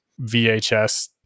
VHS